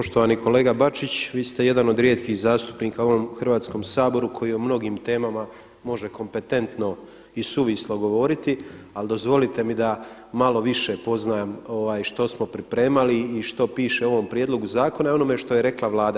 Poštovani kolega Bačić, vi ste jedan od rijetkih zastupnika u ovom Hrvatskom saboru koji o mnogim temama može kompetentno i suvislo govoriti ali dozvolite mi da malo više poznajem što smo pripremali i što piše u ovom prijedlogu zakona i onome što je rekla Vlada.